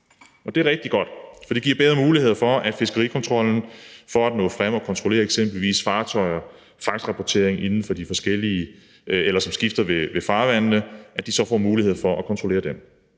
Det er rigtig godt, for det giver bedre muligheder for, at fiskerikontrollen, for at nå frem og kontrollere eksempelvis fartøjer med hensyn til fangstrapportering i forbindelse med farvandsskifte, så får mulighed for at kontrollere dem.